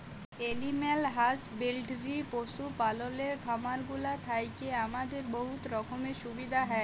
animal husbandry পশু পাললের খামারগুলা থ্যাইকে আমাদের বহুত রকমের সুবিধা হ্যয়